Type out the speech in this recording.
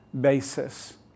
basis